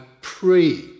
pray